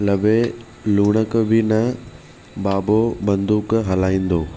लॿे लूणक बि न बाबो बंदूक हलाईंदो